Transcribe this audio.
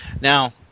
Now